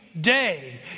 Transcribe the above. day